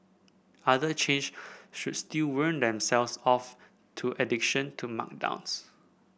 other chains should still wean themselves off to addiction to markdowns